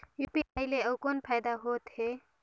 UPI ले अउ कौन फायदा होथ है?